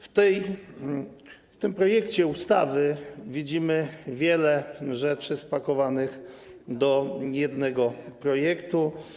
W tym projekcie ustawy widzimy wiele rzeczy spakowanych do jednego projektu.